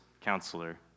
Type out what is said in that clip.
counselor